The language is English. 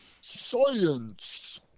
Science